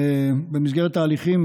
במסגרת ההליכים